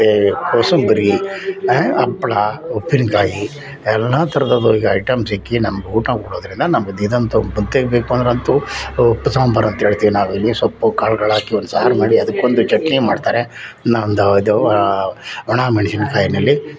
ಮತ್ತು ಕೋಸಂಬರಿ ಹಪ್ಪಳ ಉಪ್ಪಿನಕಾಯಿ ಎಲ್ಲ ಥರದ ಈ ಐಟಮ್ ಸಿಕ್ಕಿ ನಮ್ಮ ಊಟ ಮಾಡೋದರಿಂದ ನಮ್ಮ ದಿನಂತು ಪಥ್ಯಕ್ಕೆ ಬೇಕು ಅಂದ್ರೆ ಅಂತೂ ಉಪ್ಪು ಸಾಂಬಾರು ಅಂಥೇಳ್ತೀವಿ ನಾವಿಲ್ಲಿ ಸೊಪ್ಪು ಕಾಳುಗಳಾಕಿ ಒಂದು ಸಾರು ಮಾಡಿ ಅದಕ್ಕೊಂದು ಚಟ್ನಿ ಮಾಡ್ತಾರೆ ಇನ್ನೂ ಒಂದು ಇದು ಒಣ ಮೆಣಸಿನ್ಕಾಯ್ನಲ್ಲಿ